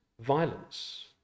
violence